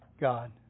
God